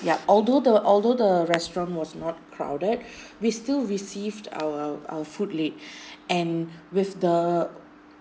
yup although the although the restaurant was not crowded we still received our our food late and with the